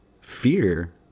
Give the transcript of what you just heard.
fear